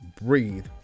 breathe